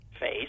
face